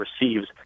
receives